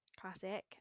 Classic